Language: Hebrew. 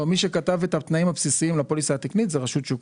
מי שכתב את התנאים הבסיסיים לפוליסה התקנית זה רשות שוק